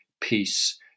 peace